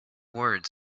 words